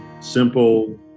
Simple